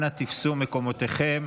אנא תפסו מקומותיכם.